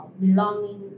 belonging